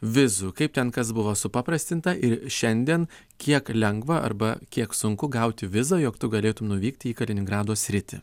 vizų kaip ten kas buvo supaprastinta ir šiandien kiek lengva arba kiek sunku gauti vizą jog tu galėtum nuvykti į kaliningrado sritį